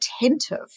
attentive